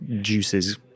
juices